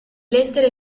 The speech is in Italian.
lettere